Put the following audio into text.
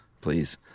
please